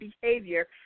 behavior